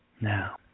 Now